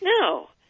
No